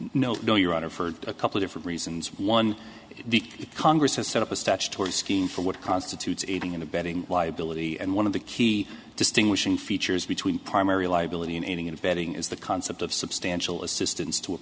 no no your honor for a couple different reasons one the congress has set up a statutory scheme for what constitutes aiding and abetting liability and one of the key distinguishing features between primary liability and aiding and abetting is the concept of substantial assistance to a